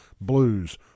Blues